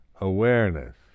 awareness